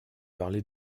parlé